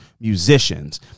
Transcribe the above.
musicians